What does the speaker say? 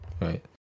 right